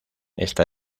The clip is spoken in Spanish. esta